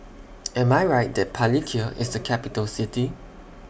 Am I Right that Palikir IS A Capital City